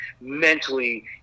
mentally